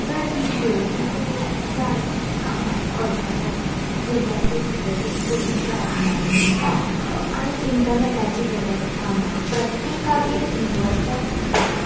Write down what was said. जर वीज येव ना जाल्यार कामान अडथळ्या येतात भुरग्यांच्यो दुसरे दीस परिक्षा आसतात आनी इंटनॅटाची वेवस्था ना प्रत्येकागेर इनवर्टर